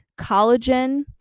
collagen